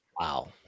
Wow